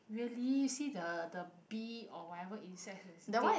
really you see the the bee or whatever insect that's dead